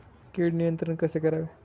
कीड नियंत्रण कसे करावे?